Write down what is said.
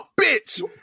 bitch